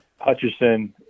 Hutcherson